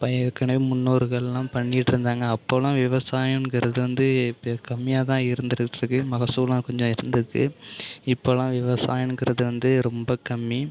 அப்போ ஏற்கனவே முன்னோர்களெல்லாம் பண்ணிகிட்டு இருந்தாங்க அப்போவெல்லாம் விவசாயம்ங்கிறது வந்து வந்து கம்மியாக தான் இருந்துகிட்டு இருக்குது மகசூலும் கொஞ்சம் இருந்தது இப்போவெல்லாம் விவசாயம்ங்கிறது வந்து ரொம்ப கம்மி